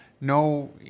No